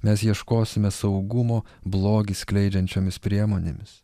mes ieškosime saugumo blogį skleidžiančiomis priemonėmis